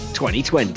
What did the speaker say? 2020